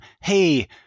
hey